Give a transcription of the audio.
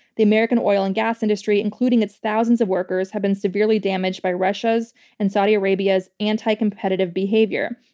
the american oil and gas industry, including its thousands of workers, have been severely damaged by russia's and saudi arabia's anti-competitive behavior.